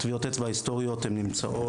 טביעות אצבע ההיסטוריות הן נמצאות,